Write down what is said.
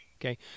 okay